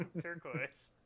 Turquoise